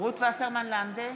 רות וסרמן לנדה,